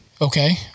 Okay